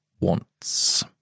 wants